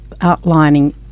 outlining